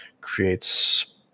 creates